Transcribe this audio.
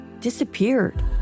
disappeared